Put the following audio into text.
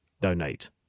donate